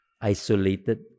isolated